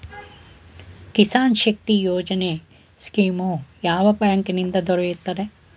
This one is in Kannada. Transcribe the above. ಕಿಸಾನ್ ಶಕ್ತಿ ಯೋಜನೆ ಸ್ಕೀಮು ಯಾವ ಬ್ಯಾಂಕಿನಿಂದ ದೊರೆಯುತ್ತದೆ?